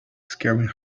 scaring